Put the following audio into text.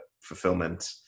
fulfillment